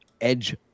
edge